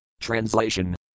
Translation